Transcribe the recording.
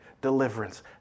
deliverance